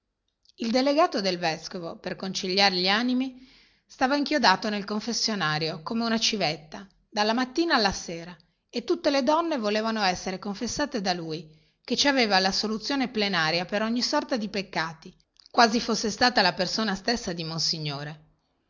il delegato per conciliare gli animi stava inchiodato nel confessionario come una civetta dalla mattina alla sera e tutte le donne volevano essere confessate dal rappresentante del vescovo il quale ci aveva lassoluzione plenaria per ogni sorta di peccati quasi fosse stata la persona stessa di monsignore